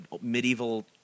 medieval